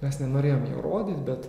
mes nenorėjom jo rodyt bet